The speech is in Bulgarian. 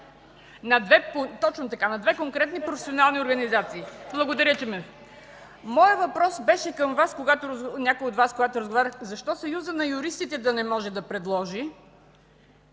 на две конкретни професионални организации. Благодаря, че ме допълнихте. Въпросът ми беше към някои от Вас, когато разговаряхте, защо Съюзът на юристите да не може да предложи